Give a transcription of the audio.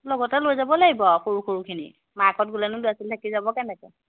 লগতে লৈ যাব লাগিব আৰু সৰু সৰুখিনি মাকহঁত গ'লেনো ল'ৰা ছোৱালী থাকি যাব কেনেকৈ